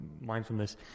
mindfulness